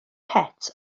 het